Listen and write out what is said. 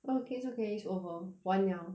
oh okay is okay it's over 完了